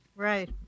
Right